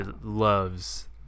loves